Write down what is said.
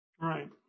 Right